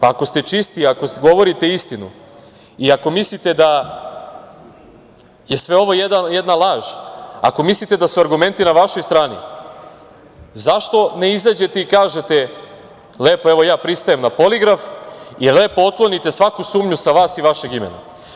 Ako ste čisti, ako govorite istinu i ako mislite je sve ovo jedna laž, ako mislite da su argumenti na vašoj strani, zašto ne izađete i kažete – pristajem na poligraf i lepo otklonite svaku sumnju sa vas i vašeg imena?